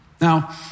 Now